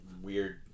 weird